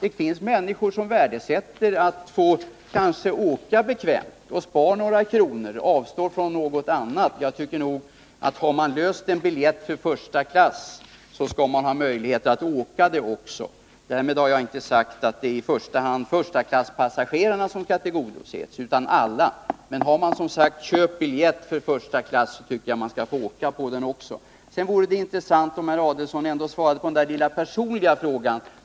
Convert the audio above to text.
Det finns människor som värdesätter att få åka bekvämt och spara några kronor genom att avstå från något annat. Därmed har jag inte sagt att det är i första hand förstaklasspassagerarnas behov som skall tillgodoses. Men har man köpt biljett till första klass, tycker jag att man också skall få åka första klass. Det vore intressant om herr Adelsohn ändå ville svara på min lilla personliga fråga.